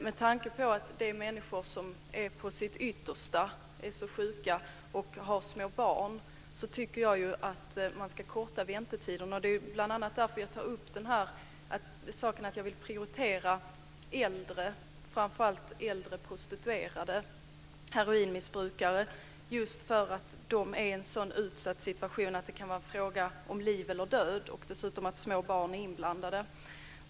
Med tanke på att detta är sjuka människor som är på sitt yttersta och har små barn tycker jag att man ska korta väntetiderna. Det är bl.a. därför jag säger att jag vill prioritera äldre prostituerade heroinmissbrukare. De är i en sådan utsatt situation att det kan vara en fråga om liv eller död, och dessutom kan små barn vara inblandade.